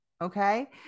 Okay